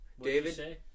David